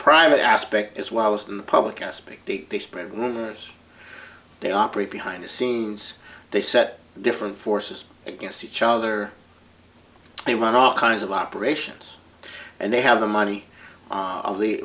private aspect as well as the public aspect the spread rumors they operate behind the scenes they set different forces against each other they run all kinds of operations and they have the money of the